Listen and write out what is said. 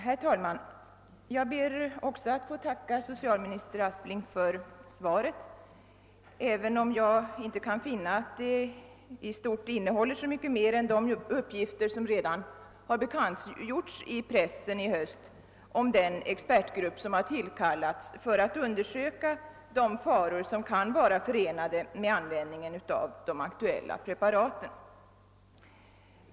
Herr talman! Också jag ber att få tacka socialminister Aspling för svaret, även om jag inte kan finna att det innehåller så mycket mer än de uppgifter som redan har bekantgjorts i pressen i höst om den expertgrupp giftnämnden tillkallat för att undersöka de faror som kan vara förenade med användningen av de aktuella preparaten.